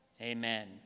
Amen